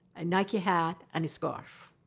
a nike hat and a scarf.